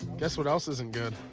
guess what else isn't good.